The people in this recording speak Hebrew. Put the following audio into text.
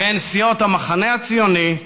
והן סיעות המחנה הציוני,